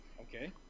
okay